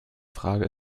frage